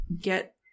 get